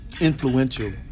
influential